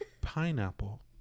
Pineapple